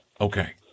Okay